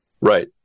right